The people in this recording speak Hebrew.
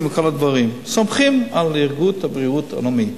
ובכל הדברים סומכים על ארגון הבריאות העולמי.